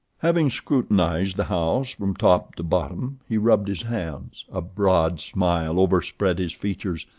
having scrutinised the house from top to bottom, he rubbed his hands, a broad smile overspread his features,